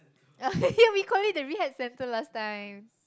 we call it the rehab centre last time